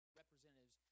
representatives